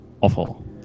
awful